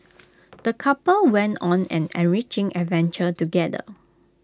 the couple went on an enriching adventure together